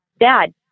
Dad